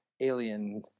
alien